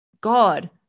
God